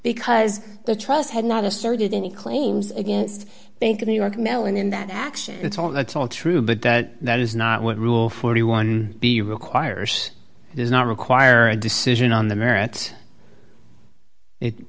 because the trust had not asserted any claims against bank of new york mellon in that action it's all that's all true but that that is not what rule forty one b requires does not require a decision on the merits it